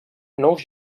nous